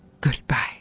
goodbye